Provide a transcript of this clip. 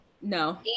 No